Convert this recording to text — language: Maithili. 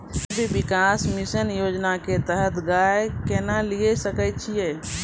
गव्य विकास मिसन योजना के तहत गाय केना लिये सकय छियै?